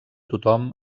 tothom